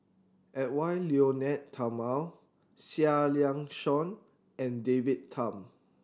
Edwy Lyonet Talma Seah Liang Seah and David Tham